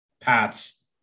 Pats